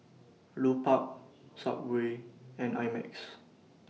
Lupark Subway and I Max